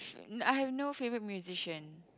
s~ n~ I have no favorite musician